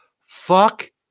Fuck